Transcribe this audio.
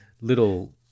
little